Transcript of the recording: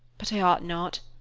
but i ought not.